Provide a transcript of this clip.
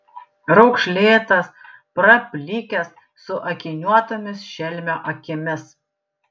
raukšlėtas praplikęs su akiniuotomis šelmio akimis